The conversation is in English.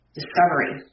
discovery